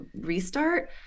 restart